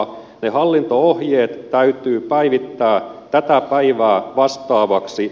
ne hallinto ohjeet täytyy päivittää tätä päivää vastaaviksi